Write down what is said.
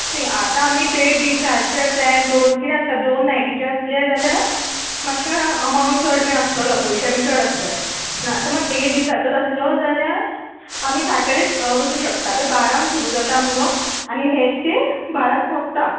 C आतां आमी देड दिसाचे प्लेन दोन कितें आसा दोन नाय्टिचे आसले जाल्यार मातशे अमावण्ट चड बीन आसतलो पयशे बीन चड आसतले ना समज देड दिसाचोच आसलो जाल्यार आमी सॅटर्डेच वचूं शकता तें बारांक सुरू जाता मुगो आनी नॅकस्ट डॅ बारांक सोंपता